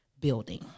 building